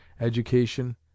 education